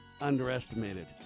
underestimated